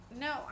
No